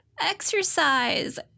exercise